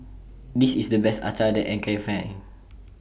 This IS The Best Acar that I Can Find